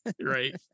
right